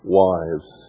wives